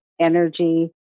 energy